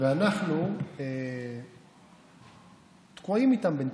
ואנחנו תקועים איתם בינתיים.